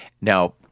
Now